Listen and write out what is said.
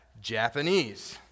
Japanese